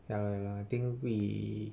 ya lah ya lah I think we